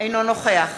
אינו נוכח